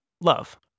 love